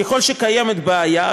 ככל שקיימת בעיה,